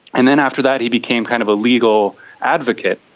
and then after that he became kind of a legal advocate.